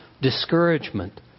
discouragement